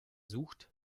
sucht